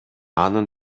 анын